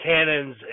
Cannons